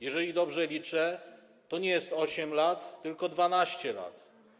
Jeżeli dobrze liczę, to nie jest to 8 lat, tylko 12 lat.